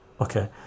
okay